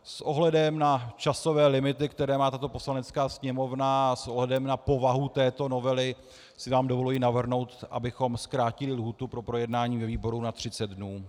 S ohledem na časové limity, které má tato Poslanecká sněmovna, a s ohledem na povahu této novely si vám dovoluji navrhnout, abychom zkrátili lhůtu pro projednání ve výboru na třicet dnů.